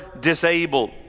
disabled